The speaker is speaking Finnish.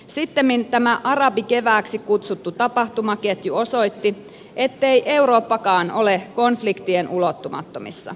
sittemmin tämä arabikevääksi kutsuttu tapahtumaketju osoitti ettei eurooppakaan ole konfliktien ulottumattomissa